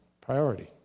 priority